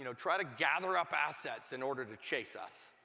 you know try to gather up assets in order to chase us.